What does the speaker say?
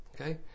Okay